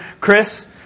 Chris